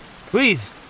Please